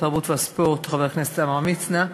התרבות והספורט עמרם מצנע,